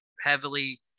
heavily